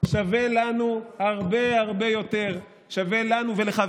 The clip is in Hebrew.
שווה לנו הרבה יותר, שווה לנו ולך.